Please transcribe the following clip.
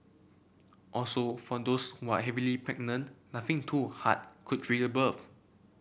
also for those who are heavily pregnant laughing too hard could trigger birth